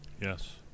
yes